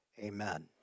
amen